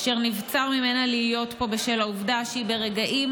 אשר נבצר ממנה להיות פה בשל העובדה שהיא ברגעים